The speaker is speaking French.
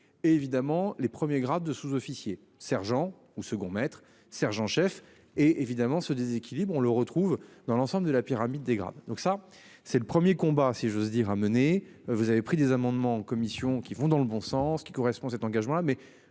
et évidemment les 1er grade de sous-officier sergent ou second maître sergent-chef et évidemment ce déséquilibre. On le retrouve dans l'ensemble de la pyramide des grades. Donc ça c'est le 1er combat si j'ose dire à mener. Vous avez pris des amendements en commission qui vont dans le bon sens qui correspond, cet engagement-là